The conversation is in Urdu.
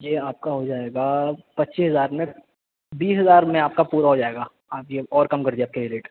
جی آپ کا ہو جائے گا پچیس ہزار میں بیس ہزار میں آپ کا پورا ہو جائے گا آپ کا اور کم کر دیا آپ کے لیے ریٹ